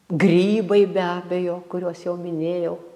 grybai be abejo kuriuos jau minėjau